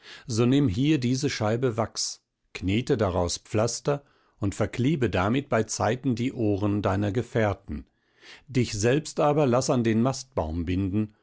so nimm hier diese scheibe wachs knete daraus pflaster und verklebe damit beizeiten die ohren deiner gefährten dich selbst aber laß an den mastbaum binden